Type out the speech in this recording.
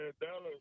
Dallas